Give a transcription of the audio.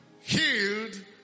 Healed